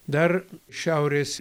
dar šiaurės